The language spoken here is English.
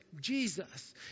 Jesus